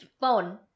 Phone